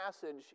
passage